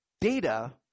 data